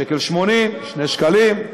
1.80 שקל.